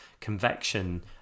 convection